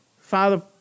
Father